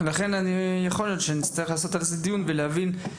אז נצטרך לדון על כך.